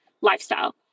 lifestyle